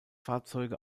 fahrzeuge